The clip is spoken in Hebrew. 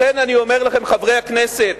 לכן, חברי הכנסת,